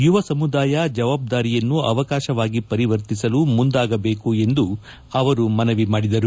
ಯುವ ಸಮುದಾಯ ಜವಾಬ್ದಾರಿಯನ್ನು ಅವಕಾಶವಾಗಿ ಪರಿವರ್ತಿಸಲು ಮುಂದಾಗಬೇಕು ಎಂದು ಅವರು ಮನವಿ ಮಾಡಿದರು